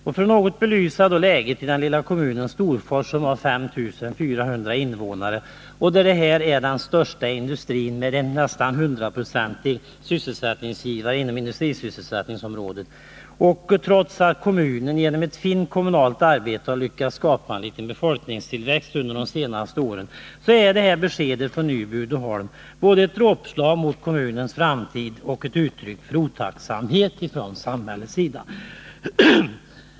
Jag vill något belysa läget i den lilla kommunen Storfors, som har 5 400 invånare. Det företag det här gäller är den största industrin och är nästan hundraprocentig sysselsättningsgivare inom industriområdet. Kommunen har genom ett fint kommunalt arbete lyckats skapa en liten befolkningstillväxt under de senaste åren. Men beskedet från Nyby Uddeholm är både ett dråpslag mot kommunens framtid och ett uttryck för otacksamhet från samhällets sida.